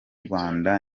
rwanda